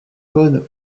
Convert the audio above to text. cône